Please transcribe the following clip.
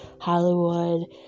Hollywood